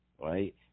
right